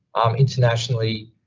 um, internationally,